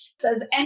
says